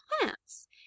plants